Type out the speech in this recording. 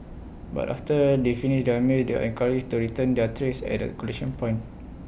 but after they finish their meals they are encouraged to return their trays at A collection point